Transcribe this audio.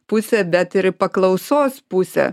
pusę bet ir į paklausos pusę